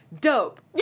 dope